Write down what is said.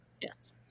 Yes